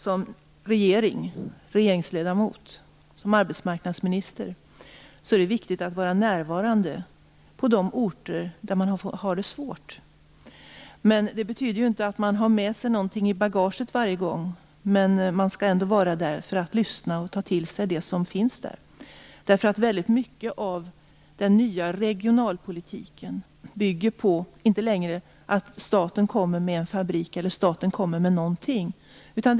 Som regeringsledamot och arbetsmarknadsminister är det viktigt att vara närvarande på de orter där man har det svårt. Men det betyder inte att man har någonting med sig i bagaget varje gång. Man skall vara där för att lyssna och ta till sig det som finns där. Den nya regionalpolitiken bygger inte längre på att staten kommer med en fabrik eller någonting annat.